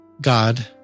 God